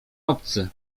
obcy